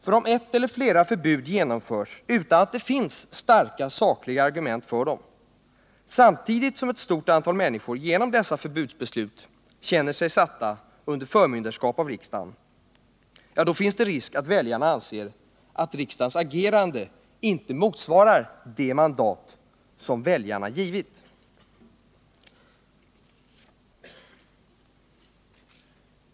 För om ett eller flera förbud genomförs utan att det finns starka sakliga argument för dem, samtidigt som ett stort antal människor genom dessa förbudsbeslut känner sig satta under förmynderskap av riksdagen, ja, då finns det risk att väljarna anser att riksdagens agerande inte motsvarar det mandat som väljarna givit.